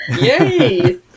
Yay